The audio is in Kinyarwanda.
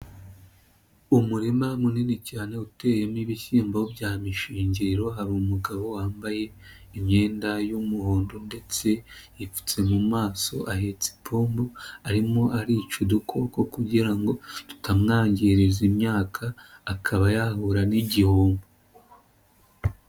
Umurima munini cyane uteyewe n'ibishyimbo bya mishingiriro, hariru umugabo wambaye imyenda y'umuhondo ndetse yipfutse mu maso ahetse ipombo arimo arica udukoko kugira ngo tutamwangiriza imyaka akaba yahura n'igihombo.